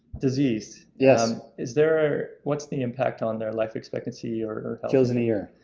disease. yes. is there what's the impact on their life expectancy or. kills in a year?